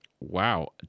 Wow